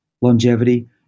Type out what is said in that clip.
longevity